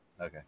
Okay